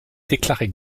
déclarée